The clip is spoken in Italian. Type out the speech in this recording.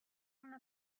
una